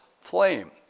flame